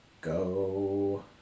go